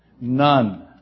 None